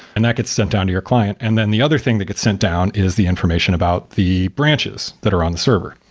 and that gets sent down to your client and then the other thing that gets sent down is the information about the branches that are on the server.